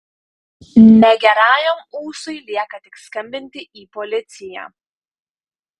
negerajam ūsui lieka tik skambinti į policiją